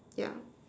yeah